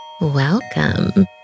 welcome